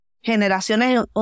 generaciones